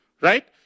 right